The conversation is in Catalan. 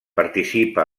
participa